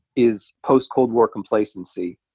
is post cold war complacency.